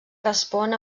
respon